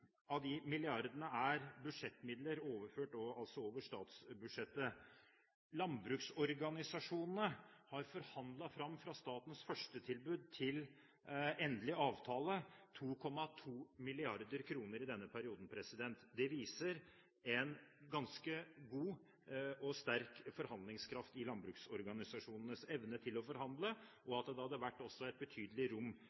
av de milliardene er budsjettmidler overført over statsbudsjettet. Landbruksorganisasjonene har forhandlet fram fra statens første tilbud til endelig avtale 2,2 mrd. kr i denne perioden. Det viser en ganske god og sterk forhandlingskraft i landbruksorganisasjonenes evne til å forhandle, og